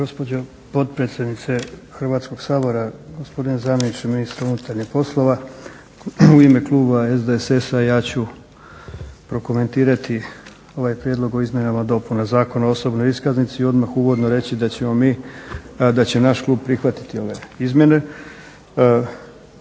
gospodine zamjeniče ministra unutarnjih poslova. U ime kluba SDSS-a ja ću prokomentirati ovaj Prijedlog o izmjenama i dopunama Zakona o osobnoj iskaznici i odmah uvodno reći da će naš klub prihvatiti ove izmjene.